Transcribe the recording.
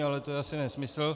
Ale to je asi nesmysl.